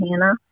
Hannah